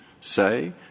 say